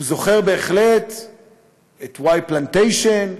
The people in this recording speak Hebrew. הוא זוכר בהחלט את "וואי פלנטיישן"